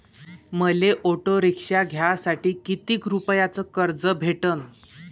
मले auto rickshaw घ्यासाठी कितीक रुपयाच कर्ज भेटनं?